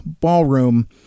ballroom